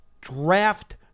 draft